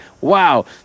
wow